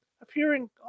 appearing